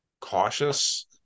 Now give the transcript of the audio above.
cautious